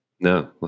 No